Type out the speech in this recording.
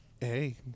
Hey